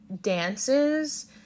dances